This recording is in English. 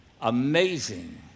Amazing